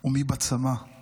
ומי בצמא /